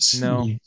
No